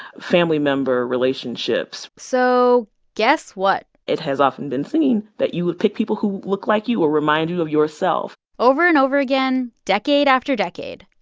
family-member relationships so guess what? it has often been seen that you would pick people who look like you or remind you of yourself over and over again, decade after decade,